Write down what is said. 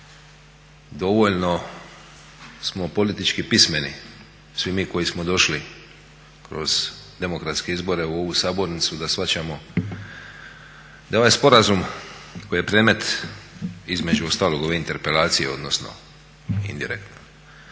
Dovoljno smo politički pismeni svi mi koji smo došli kroz demokratske izbore u ovu sabornicu da shvaćamo da je ovaj sporazum koji je predmet između ostalog ove interpelacije, odnosno indirektno